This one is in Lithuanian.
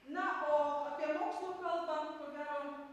na o apie mokslo kalbą ko gero